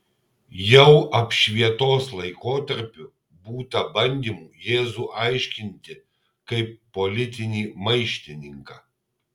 jau apšvietos laikotarpiu būta bandymų jėzų aiškinti kaip politinį maištininką